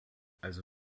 also